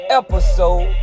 episode